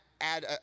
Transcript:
add